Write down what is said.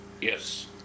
Yes